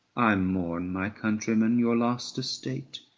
i mourn, my countrymen, your lost estate,